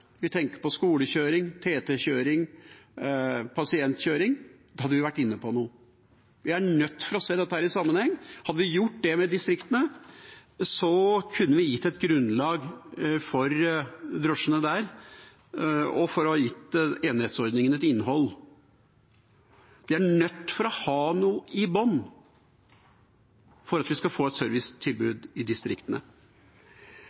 vi tenker på skolekjøring, TT-kjøring, pasientkjøring – hadde vi vært inne på noe. Vi er nødt til å se dette i sammenheng. Hadde vi gjort det med distriktene, kunne vi ha gitt et grunnlag for drosjene der og ha gitt enerettsordningen et innhold. De er nødt til å ha noe i bunnen for at vi skal få et